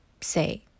say